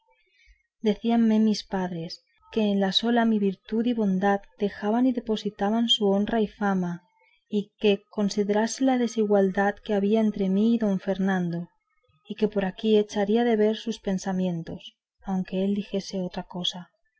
decíanme mis padres que en sola mi virtud y bondad dejaban y depositaban su honra y fama y que considerase la desigualdad que había entre mí y don fernando y que por aquí echaría de ver que sus pensamientos aunque él dijese otra cosa